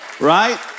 Right